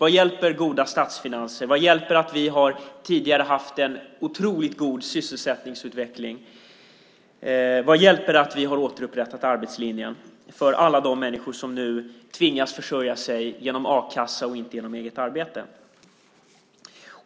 Vad hjälper goda statsfinanser, vad hjälper det att vi tidigare har haft en otroligt god sysselsättningsutveckling, vad hjälper det att vi har återupprättat arbetslinjen för alla dem som nu tvingas försörja sig genom a-kassa och inte genom eget arbete?